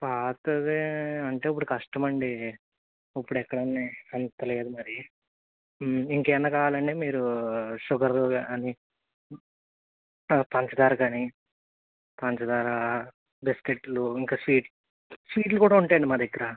పాతది అంటే ఇప్పుడు కష్టం అండి ఇప్పుడు ఎక్కడ ఉన్నాయి అంతలేదు మరి ఇంకా ఏమన్నా కావాలండి మీరు షుగర్ కానీ పంచదార కానీ పంచదార బిస్కెట్లు ఇంకా స్వీట్ స్వీట్లు కూడా ఉంటాయి అండి మా దగ్గర